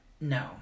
No